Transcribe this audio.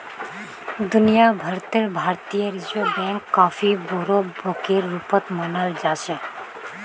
दुनिया भर त भारतीय रिजर्ब बैंकक काफी बोरो बैकेर रूपत मानाल जा छेक